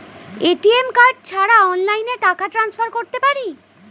ATM card ছাড়া অনলাইনে টাকা টান্সফার করতে পারি?